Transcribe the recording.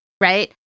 right